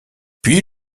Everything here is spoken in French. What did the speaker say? puis